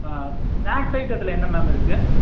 ஆ snacks ஐட்டத்தில் என்ன ma'am இருக்கு